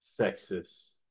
Sexist